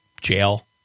jail